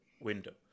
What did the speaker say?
window